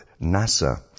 NASA